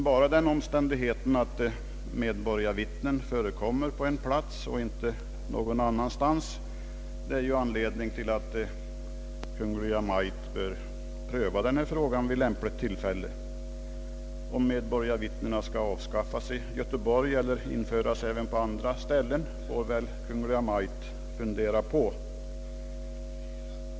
Bara den omständigheten att systemet med medborgarvittnen används på en plats och inte någon annanstans, är ju anledning till att Kungl. Maj:t bör pröva denna fråga vid lämpligt tillfälle, Om systemet med medborgarvittnen skall avskaffas i Göteborg eller införas även på andra ställen, får Kungl. Maj:t fundera på.